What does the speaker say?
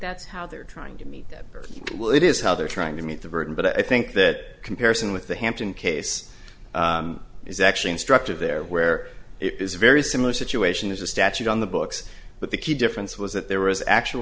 that's how they're trying to meet that very well it is how they're trying to meet the burden but i think that comparison with the hampton case is actually instructive there where it is very similar situation is a statute on the books but the key difference was that there was actual